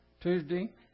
Tuesday